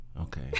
Okay